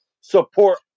Support